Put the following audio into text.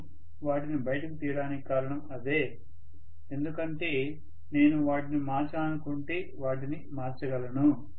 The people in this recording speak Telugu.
నేను వాటిని బయటకు తీయడానికి కారణం అదే ఎందుకంటే నేను వాటిని మార్చాలనుకుంటే వాటిని మార్చగలను